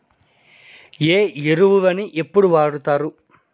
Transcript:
ఏ ఎరువులని ఎప్పుడు వాడుతారు?